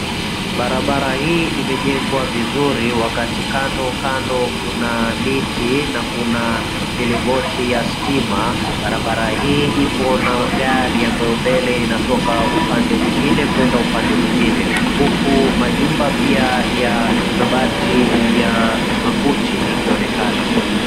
Barabara hii imejengwa vizuri wakati kando kando kuna miti na kuna milingoti ya stima. Barabara hii ipo na gari ambayo mbele inatoka upande mwingine kwenda upande mwingine, huku majumba pia ya mabati ya makuti ikionekana.